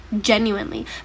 genuinely